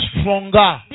stronger